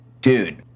dude